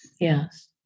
Yes